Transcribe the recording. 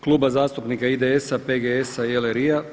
Kluba zastupnika IDS-a, PGS-a i LRI-a.